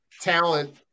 talent